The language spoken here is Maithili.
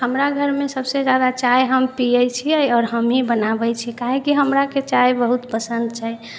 हमरा घरमे सभसँ जादा चाय हम पियै छियै आओर हमही बनाबै छियै काहेकि हमराके चाय बहुत पसन्द छै